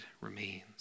remains